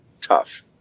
tough